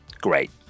Great